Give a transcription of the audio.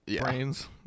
brains